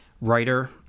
writer